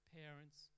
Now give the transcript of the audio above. parents